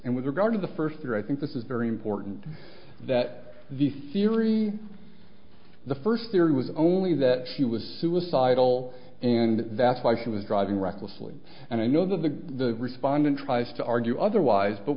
and with regard to the first three i think this is very important that the theory the first theory was only that she was suicidal and that's why she was driving recklessly and i know that the respondent tries to argue otherwise but